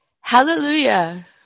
Hallelujah